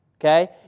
Okay